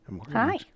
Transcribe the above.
hi